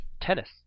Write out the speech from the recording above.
tennis